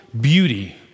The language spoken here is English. beauty